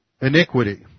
iniquity